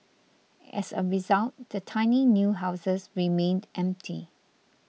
as a result the tiny new houses remained empty